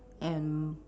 and